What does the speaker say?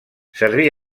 serví